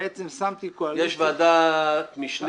שמתי קואליציה --- יש ועדת משנה